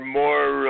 more